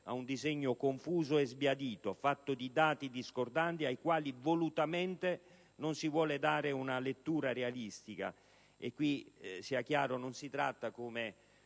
a un disegno confuso e sbiadito, fatto di dati discordanti ai quali volutamente non si vuole dare una lettura realistica. E qui, sia chiaro, non si tratta, come